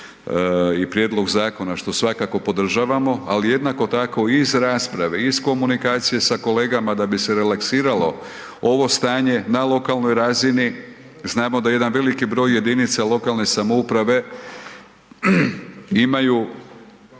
i prijedlog zakona što svakako podržavamo, ali jednako tako iz rasprave, iz komunikacije sa kolegama da bi se relaksiralo ovo stanje na lokalnoj razini, znamo da jedan veliki broj jedinica lokalne samouprave imaju